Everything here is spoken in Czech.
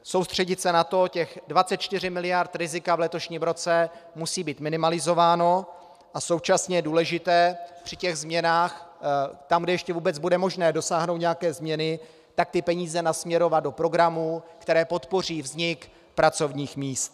Soustředit se na to, těch 24 miliard rizika v letošním roce musí být minimalizováno, a současně je důležité při těch změnách tam, kde ještě vůbec bude možné dosáhnout nějaké změny, ty peníze nasměrovat do programů, které podpoří vznik pracovních míst.